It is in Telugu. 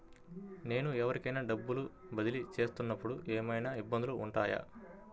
నేను ఎవరికైనా డబ్బులు బదిలీ చేస్తునపుడు ఏమయినా ఇబ్బందులు వుంటాయా?